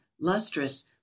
lustrous